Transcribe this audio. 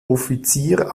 offizier